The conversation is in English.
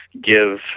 give